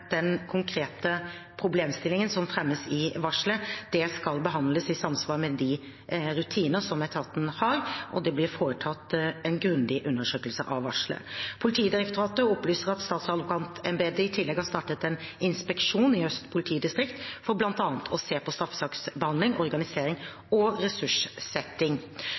den konkrete problemstillingen som fremmes i varselet. Det skal behandles i samsvar med de rutiner som etaten har, og det blir foretatt en grundig undersøkelse av varselet. Politidirektoratet opplyser at Statsadvokatembetet i tillegg har startet en inspeksjon i Øst politidistrikt for bl.a. å se på straffesaksbehandling, organisering og ressurssetting.